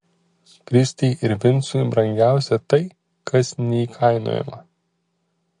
kristei ir vincui brangiausia tai kas neįkainojama